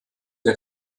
der